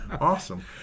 Awesome